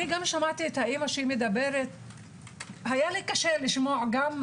אני גם שמעתי את דברי האימא והיה לי קשה לשמוע את הדברים.